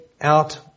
out